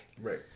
Right